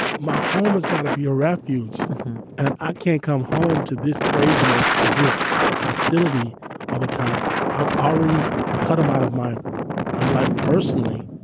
and my home has got to be a refuge and i can't come home to this craziness that this hostility all the time i've already cut come um out of my my life personally,